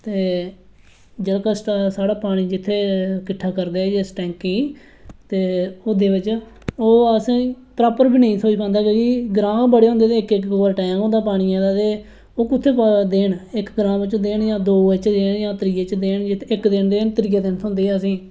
ते जेहड़ा साढ़ा पानी जित्थै किट्ठा करदे जिस टेंके गी ते ओह्दे बिच ओह् असें प्रापर नेईं होंदा ऐ कि ग्राहक बड़े होंदे ते इक कोल इन्ना टाइम नेईं होंदा पानी दा ओह् कुत्थै कुत्थै देन इक ग्रां देन जां दुए ग्रां देन अगर इक इक देन ते त्रीए दिन थ्होंदा ऐ असेंगी